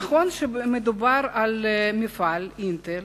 נכון שמדובר על מפעל "אינטל",